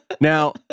Now